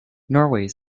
norway